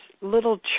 little